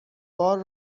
بار